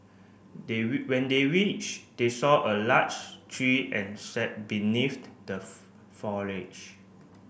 they when they reached they saw a large tree and sat beneath the the foliage